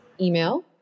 email